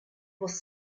was